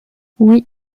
oui